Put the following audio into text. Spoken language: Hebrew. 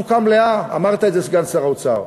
התעסוקה מלאה, אמרת את זה, סגן שר האוצר,